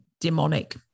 demonic